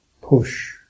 push